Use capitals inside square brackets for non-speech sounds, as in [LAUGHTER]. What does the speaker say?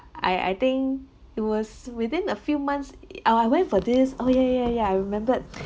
I I think it was within a few months [NOISE] I went for this oh ya ya ya I remembered